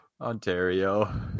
Ontario